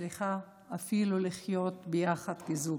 סליחה, אפילו לחיות ביחד כזוג.